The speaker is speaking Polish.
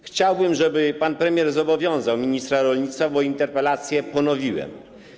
Chciałbym, żeby pan premier zobowiązał ministra rolnictwa, bo interpelację ponowiłem.